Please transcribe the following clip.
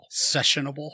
Sessionable